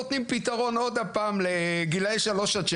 נותנים פתרון עוד הפעם לגילאי 3-6,